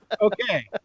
Okay